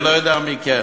אני לא יודע מי כן.